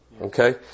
Okay